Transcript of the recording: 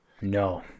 No